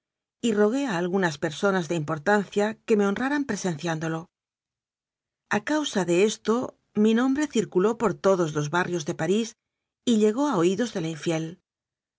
y rogué a algunas personas de importancia que me honraran presenciándolo a causa de esto mi nombre circuló por todos los barrios de parís y llegó a oídos de la infiel